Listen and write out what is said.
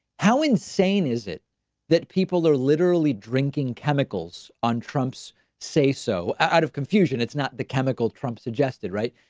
how insane is it that people are literally drinking chemicals on trump's say so out of confusion? it's not the chemical trump suggested, right.